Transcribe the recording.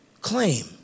claim